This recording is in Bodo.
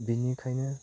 बिनिखायनो